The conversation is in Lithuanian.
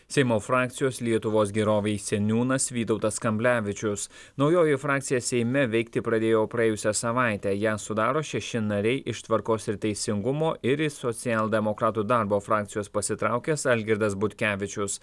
seimo frakcijos lietuvos gerovei seniūnas vytautas kamblevičius naujoji frakcija seime veikti pradėjo praėjusią savaitę ją sudaro šeši nariai iš tvarkos ir teisingumo ir iš socialdemokratų darbo frakcijos pasitraukęs algirdas butkevičius